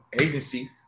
agency